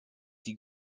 die